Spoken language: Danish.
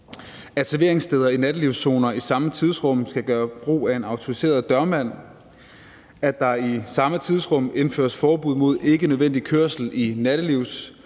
at serveringssteder i nattelivszoner i samme tidsrum skal gøre brug af en autoriseret dørmand, at der i samme tidsrum indføres forbud mod ikkenødvendig kørsel i nattelivszonerne,